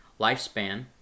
lifespan—